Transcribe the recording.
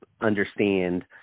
understand